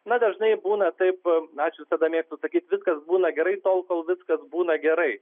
na dažnai būna taip aš visada mėgstu sakyti viskas būna gerai tol kol viskas būna gerai